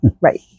right